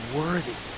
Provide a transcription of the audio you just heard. worthy